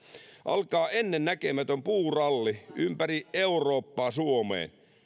alkaa ennen näkemätön puuralli ympäri eurooppaa suomeen